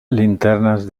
linternas